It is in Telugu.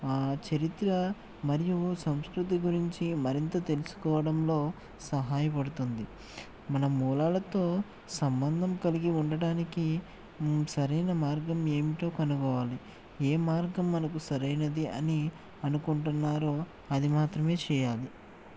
ఆ చరిత్ర మరియు సంస్కృతి గురించి మరింత తెలుసుకోవడంలో సహాయపడుతుంది మన మూలాలతో సంబంధం కలిగి ఉండటానికి సరైన మార్గం ఏమిటో కనుగొనాలి ఏ మార్గం మనకు సరైనది అని అనుకుంటున్నారో అది మాత్రమే చేయాలి